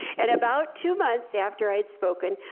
and about two months after i had spoken,